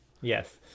Yes